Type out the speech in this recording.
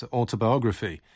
autobiography